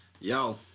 Yo